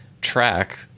track